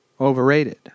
overrated